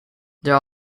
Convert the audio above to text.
there